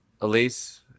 Elise